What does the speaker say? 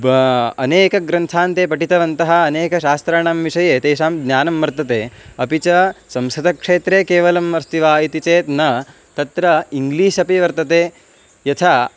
ब अनेकग्रन्थान् ते पठितवन्तः अनेकशास्त्रणां विषये तेषां ज्ञानं वर्तते अपि च संस्कृतक्षेत्रे केवलम् अस्ति वा इति चेत् न तत्र इङ्ग्लीश् अपि वर्तते यथा